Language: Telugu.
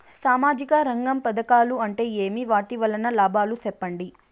సామాజిక రంగం పథకాలు అంటే ఏమి? వాటి వలన లాభాలు సెప్పండి?